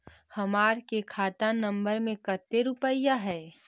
हमार के खाता नंबर में कते रूपैया है?